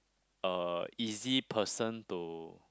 uh easy person to